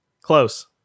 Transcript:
close